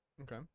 Okay